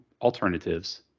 alternatives